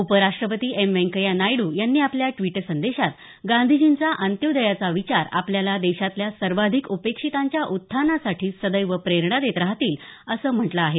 उपराष्टपती एम व्यंकय्या नायड्र यांनी आपल्या द्वीट संदेशात गांधीजींचा अंत्योदयाचा विचार आपल्याला देशातल्या सर्वाधिक उपेक्षितांच्या उत्थानासाठी सदैव प्रेरणा देत राहतील असं म्हटलं आहे